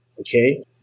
Okay